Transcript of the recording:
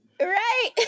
Right